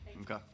Okay